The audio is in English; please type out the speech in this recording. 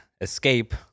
escape